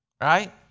Right